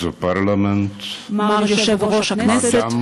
מר יושב-ראש הכנסת,